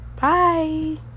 bye